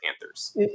Panthers